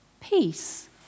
Peace